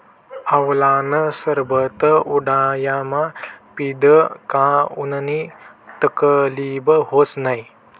आवळानं सरबत उंडायामा पीदं का उननी तकलीब व्हस नै